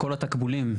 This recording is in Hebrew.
התקבולים,